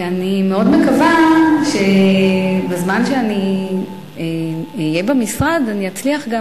ואני מאוד מקווה שבזמן שאני אהיה במשרד אני אצליח גם